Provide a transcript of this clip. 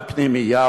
בפנימייה,